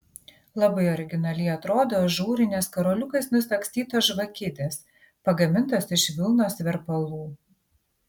labai originaliai atrodo ažūrinės karoliukais nusagstytos žvakidės pagamintos iš vilnos verpalų